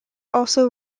also